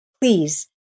Please